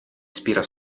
ispira